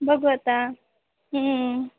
बघू आता